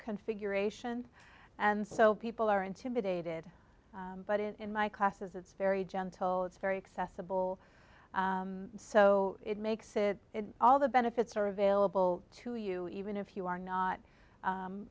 configuration and so people are intimidated but in my classes it's very gentle it's very excessive will so it makes it all the benefits are available to you even if you are not